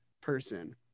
person